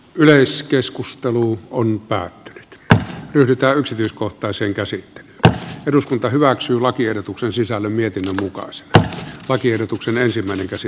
yleiskeskustelu on päättänyt että yritä yksityiskohtaisen käsi kädessä eduskunta hyväksyi lakiehdotuksen sisällä mietin kuka sitä lakiehdotuksen ensimmäinen tosi